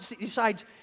decides